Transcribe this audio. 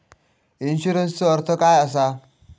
इन्शुरन्सचो अर्थ काय असा?